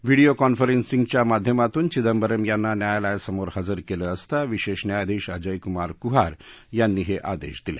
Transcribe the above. video कॉन्फरसिंगच्या माध्यमातून चिंदबरम यांना न्यायालयासमोर हजर केलं असता विशेष न्यायाधीश अजयकुमार कुहार यांनी हे आदेश दिले